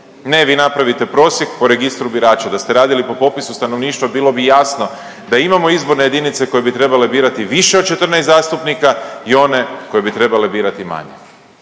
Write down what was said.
Ne vi napravite prosjek po Registru birača, da ste radili po popisu stanovništva bilo bi i jasno da imamo izborne jedinice koje bi trebale birati više od 14 zastupnika i one koje bi trebale birati manje.